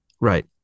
Right